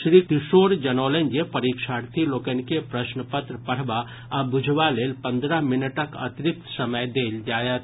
श्री किशोर जनौलनि जे परीक्षार्थी लोकनि के प्रश्न पत्र पढ़बा आ बूझबा लेल पन्द्रह मिनटक अतिरिक्त समय देल जायत